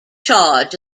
charge